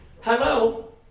Hello